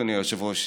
אדוני היושב-ראש,